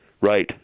right